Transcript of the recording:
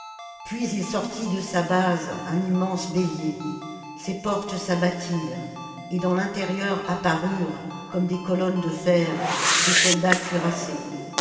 puis il sortit de sa base un immense bélier ses portes s'abattirent et dans l'intérieur apparurent comme des colonnes de fer des soldats cuirassés